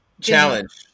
challenge